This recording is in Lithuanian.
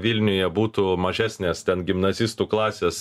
vilniuje būtų mažesnės ten gimnazistų klasės